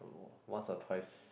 once or twice